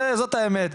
זאת האמת.